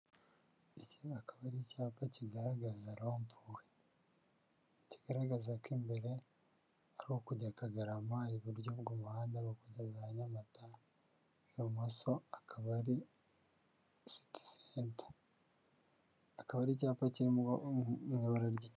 Iki akaba ari icyapa kigaragaza rompuwe, kigaragaza ko imbere ari ukujya Kagarama, iburyo bw'umuhanda ari ukujya za Nyamata, ibumoso akaba ari siti senta, akaba ari icyapa kirimo mu ibara ry'...